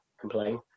complain